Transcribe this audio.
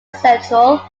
central